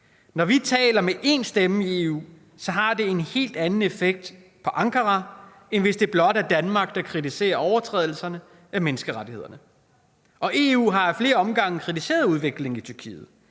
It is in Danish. Når vi taler med én stemme i EU, har det en helt anden effekt på Ankara, end hvis det blot er Danmark, der kritiserer overtrædelserne af menneskerettighederne. EU har ad flere omgange kritiseret udviklingen i Tyrkiet,